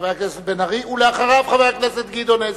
חבר הכנסת בן-ארי, ואחריו, חבר הכנסת גדעון עזרא.